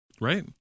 Right